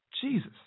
Jesus